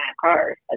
cars